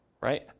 right